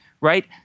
right